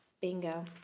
Bingo